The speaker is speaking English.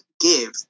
give